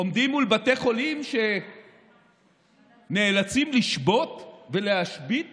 עומדים מול בתי חולים שנאלצים לשבות ולהשבית